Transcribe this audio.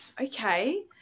Okay